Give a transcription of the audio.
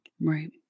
Right